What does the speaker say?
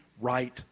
right